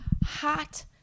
hot